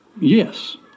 Yes